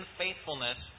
faithfulness